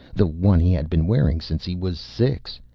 the one he had been wearing since he was six.